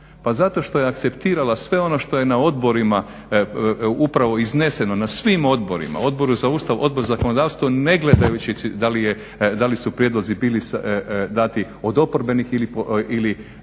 Pa zato što je akceptirala sve ono što je na odborima upravo izneseno, na svim odborima, Odboru za ustavu, Odbor za zakonodavstvo, ne gledajući dali su prijedlozi bili dati od oporbenih ili